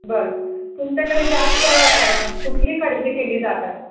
बरं तुमच्याकडे जास्त कुठली खरेदी केली जातात